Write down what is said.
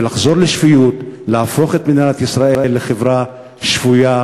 ולחזור לשפיות, להפוך את מדינת ישראל לחברה שפויה.